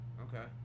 Okay